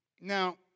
Now